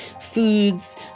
foods